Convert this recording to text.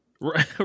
Right